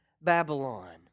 Babylon